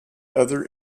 other